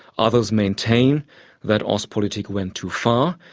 others maintain that ostpolitik went too far,